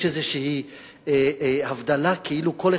יש איזושהי הבדלה כאילו כל אחד,